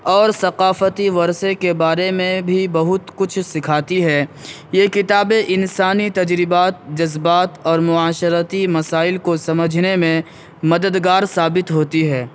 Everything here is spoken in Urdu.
اور ثقافتی ورثے کے بارے میں بھی بہت کچھ سکھاتی ہے یہ کتابیں انسانی تجربات جذبات اور معاشرتی مسائل کو سمجھنے میں مددگار ثابت ہوتی ہے